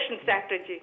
strategy